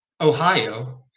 Ohio